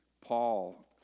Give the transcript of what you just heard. Paul